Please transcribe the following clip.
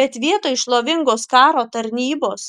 bet vietoj šlovingos karo tarnybos